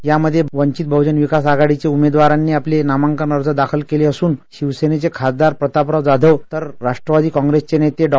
यामध्ये वंचीत बहजन विकास आघाडीच्या उमेदवारांनी आपले नामांकन अर्ज दाखल केले असून शिवसेनेचे खासदार प्रतापराव जाधव तर राष्ट्रवादी कॉप्रेसचे नेते डॉ